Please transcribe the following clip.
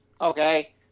Okay